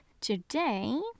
today